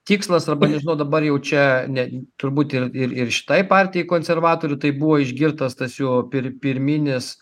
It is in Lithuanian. tikslas arba nežinau dabar jau čia ne turbūt ir ir ir šitai partijai konservatorių tai buvo išgirtas tas jų pir pirminis